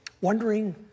wondering